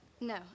No